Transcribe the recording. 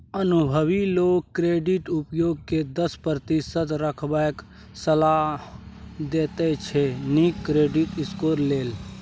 अनुभबी लोक क्रेडिट उपयोग केँ दस प्रतिशत रखबाक सलाह देते छै नीक क्रेडिट स्कोर लेल